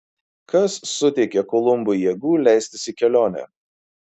kas suteikė kolumbui jėgų leistis į kelionę